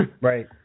Right